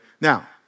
Now